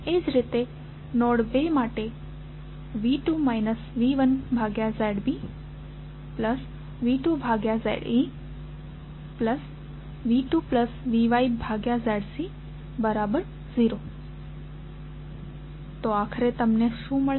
એ જ રીતે નોડ 2 માટે V2 V1ZBV2ZEV2VYZC0 તો આખરે તમને શું મળશે